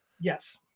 Yes